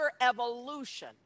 evolution